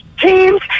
teams